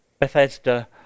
Bethesda